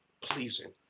pleasing